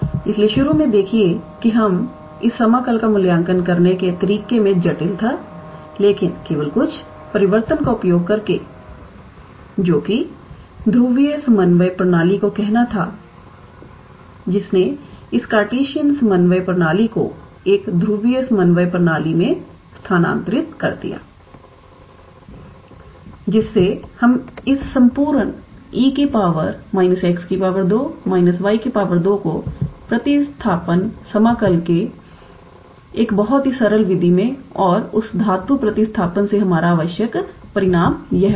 इसलिए शुरू में देखिए कि इस समाकल का मूल्यांकन करने के तरीके में जटिल था लेकिन केवल कुछ परिवर्तन का उपयोग करके जो कि ध्रुवीय समन्वय प्रणाली को कहना था जिसने इस कार्टेशियन समन्वय प्रणाली को एक ध्रुवीय समन्वय प्रणाली में स्थानांतरित कर दिया जिससे हम इस संपूर्ण 𝑒 −𝑥 2−𝑦 2 को प्रतिस्थापन समाकल के एक बहुत ही सरल विधि में और उस धातु प्रतिस्थापन से हमारा आवश्यक परिणाम यह होगा